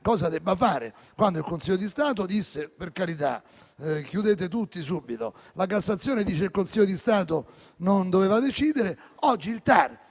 cosa debba fare, quando il Consiglio di Stato disse "per carità, chiudete tutti subito" e la Cassazione dice invece che il Consiglio di Stato non doveva decidere. Il TAR